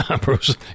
Bruce